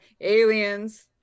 aliens